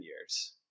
years